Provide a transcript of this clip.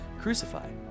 crucified